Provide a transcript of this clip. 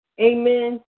Amen